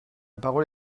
parole